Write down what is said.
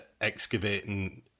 excavating